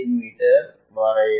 me வரையவும்